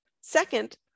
Second